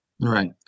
Right